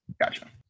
Gotcha